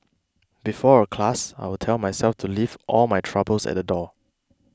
before a class I will tell myself to leave all my troubles at the door